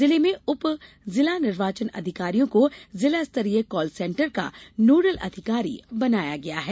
जिलों में उप जिला निर्वाचन अधिकारियों को जिला स्तरीय कॉल सेंटर का नोडल अधिकारी बनाया गया है